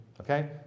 Okay